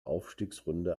aufstiegsrunde